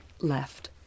left